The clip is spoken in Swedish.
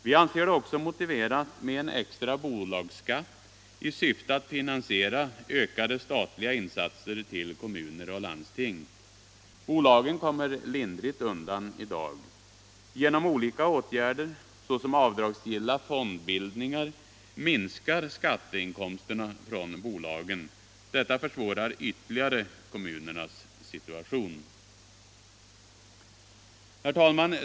Vi anser det också motiverat med en extra bolagsskatt i syfte att finansiera ökade statliga insatser till kommuner och landsting. Bolagen kommer lindrigt undan i dag. Genom olika åtgärder, såsom avdragsgilla fondbildningar, minskar skatteinkomsterna från bolagen. Detta försvårar ytterligare kommunernas situation. Herr talman!